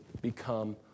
become